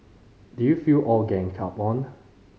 did you feel all ganged up on